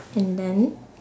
and then